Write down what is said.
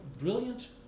brilliant